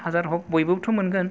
हाजार हख बयबोथ मोनगोन